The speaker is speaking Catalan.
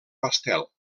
pastel